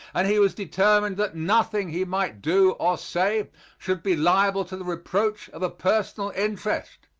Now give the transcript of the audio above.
and he was determined that nothing he might do or say should be liable to the reproach of a personal interest.